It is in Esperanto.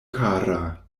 kara